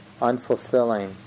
unfulfilling